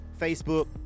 Facebook